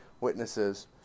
witnesses